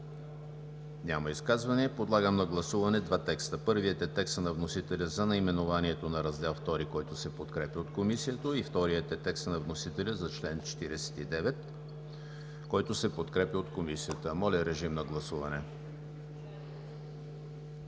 Няма изказвания. Подлагам на гласуване два текста: първият е текстът на вносителя за наименованието на Раздел ІІ, който се подкрепя от Комисията, и вторият е текстът на вносителя за чл. 49, който се подкрепя от Комисията. Гласували